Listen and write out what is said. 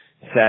set